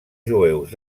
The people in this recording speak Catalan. jueus